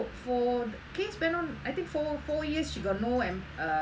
so case went on I think four four years I think she got no uh emp~